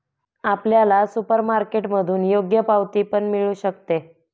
आपल्याला सुपरमार्केटमधून योग्य पावती पण मिळू शकते